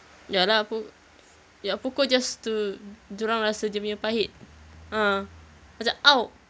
ya lah pu~ ya pukul just to dorang rasa dia punya pahit ah macam !ow!